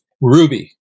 Ruby